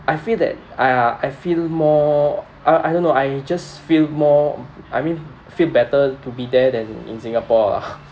I feel that uh I feel more uh I don't know I just feel more I mean feel better to be there than in singapore ah